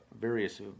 various